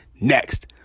next